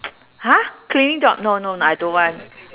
!huh! cleaning job no no I don't want